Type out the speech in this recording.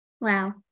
Wow